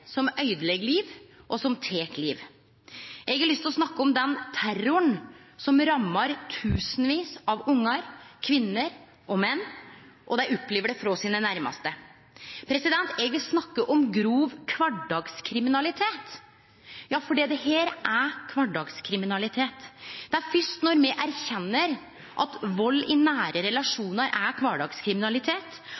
terroren som rammar tusenvis av ungar, kvinner og menn, og dei opplever det frå sine nærmaste. Eg vil snakke om grov kvardagskriminalitet – ja, for dette er kvardagskriminalitet. Det er først når me erkjenner at vald i nære